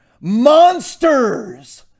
Monsters